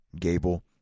Gable